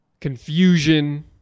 confusion